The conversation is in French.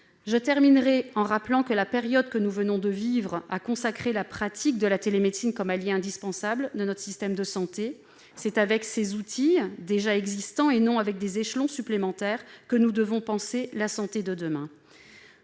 Je terminerai en rappelant que la période que nous venons de vivre a consacré la pratique de la télémédecine comme alliée indispensable de notre système de santé. C'est avec ces outils, déjà existants, et non avec des échelons supplémentaires, que nous devons penser la santé de demain.